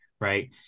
Right